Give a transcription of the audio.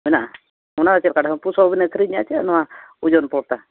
ᱢᱮᱱᱟᱜᱼᱟ ᱚᱱᱟᱫᱚ ᱪᱮᱫᱞᱮᱠᱟ ᱰᱷᱟᱹᱢᱯᱩ ᱟᱹᱠᱷᱨᱤᱧᱮᱫᱼᱟ ᱪᱮ ᱱᱚᱣᱟ ᱳᱡᱚᱱ ᱯᱚᱲᱛᱟ